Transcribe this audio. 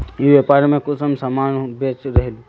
ई व्यापार में कुंसम सामान बेच रहली?